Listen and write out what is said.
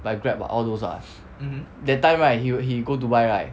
like grab lah all those lah that time right he will he go dubai right